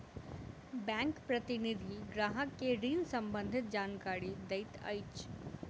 bank प्रतिनिधि ग्राहक के ऋण सम्बंधित जानकारी दैत अछि